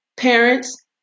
Parents